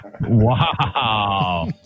Wow